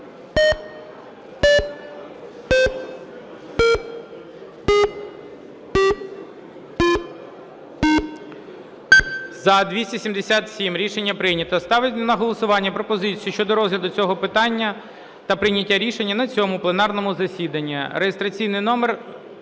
За-277 Рішення прийнято. Ставлю на голосування пропозицію щодо розгляду цього питання та прийняття рішення на цьому пленарному засіданні (реєстраційний номер